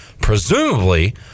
presumably